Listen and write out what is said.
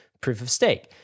proof-of-stake